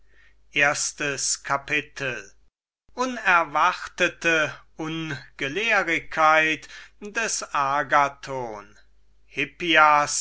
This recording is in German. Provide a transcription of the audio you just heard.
erstes kapitel wer der käufer des agathon